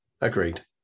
Agreed